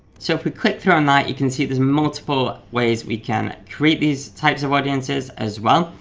so if we click through on that you can see there's multiple ways we can create these types of audiences as well.